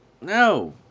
No